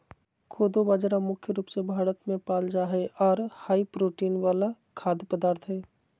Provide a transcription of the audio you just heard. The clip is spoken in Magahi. कोदो बाजरा मुख्य रूप से भारत मे पाल जा हय आर हाई प्रोटीन वाला खाद्य पदार्थ हय